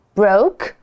broke